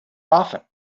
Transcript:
often